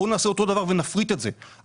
בואו נעשה אותו דבר ונפריט את זה כך